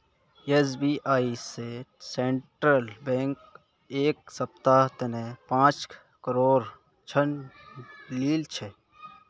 SBI स central bank एक सप्ताहर तने पांच करोड़ ऋण लिल छ